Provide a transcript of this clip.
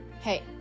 Hey